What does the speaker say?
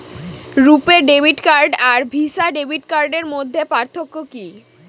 রূপে debit card আর Visa debit কার্ডের মধ্যে পার্থক্য কি?